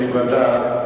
כנסת נכבדה,